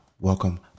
Welcome